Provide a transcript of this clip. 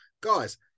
guys